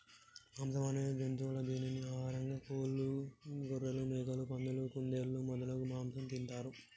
మాంసం అనేది జంతువుల దీనిని ఆహారంగా కోళ్లు, గొఱ్ఱెలు, మేకలు, పందులు, కుందేళ్లు మొదలగు మాంసం తింటారు